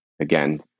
again